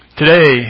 Today